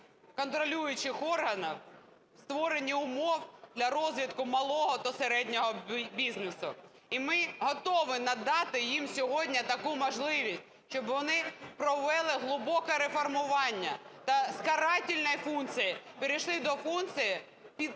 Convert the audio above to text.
контролюючих органів в створенні умов для розвитку малого та середнього бізнесу. І ми готові надати їм сьогодні таку можливість, щоб провели глибоке реформування та з карательної функції перейшли до функції підтримки,